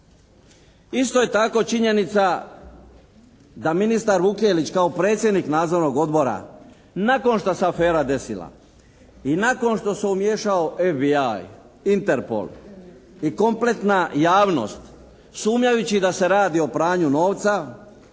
Isto je tako činjenica da ministar Vukelić kao predsjednik Nadzornog odbora nakon što se afera desila i nakon što se umiješao FBI, Interpol i kompletna javnost sumnjajući da se radi o pranju novca